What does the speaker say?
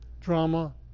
Drama